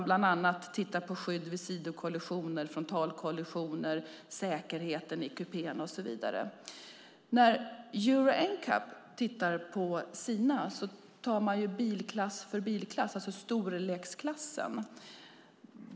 Bland annat tittar man på skydd vid sidokollisioner och frontalkollisioner, säkerheten i kupén och så vidare. Euro NCAP tar bilklass för bilklass. Det gäller storleksklasser.